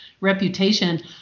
reputation